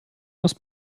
muss